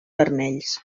vermells